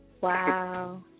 Wow